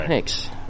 Thanks